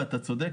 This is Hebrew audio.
ואתה צודק,